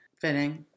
fitting